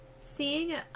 seeing